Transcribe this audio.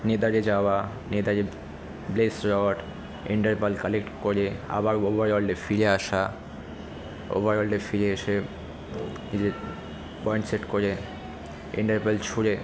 নেদারে যাওয়া নেদারে best slot ender pearl collect করে আবার ওভারওয়ার্ল্ডে ফিরে আসা ওভারওয়ার্ল্ডে ফিরে এসে নিজের পয়েন্ট সেট করে ইন্টারবেল ছুঁড়ে